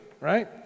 right